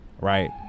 Right